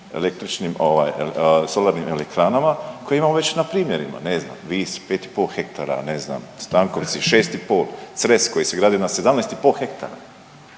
električnim solarnim elektranama koje imamo već na primjerima, ne znam Vis 5 i pol hektara. Ne znam Stankovci 6 i pol, Cres koji se gradi na 17 i pol hektara.